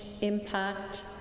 impact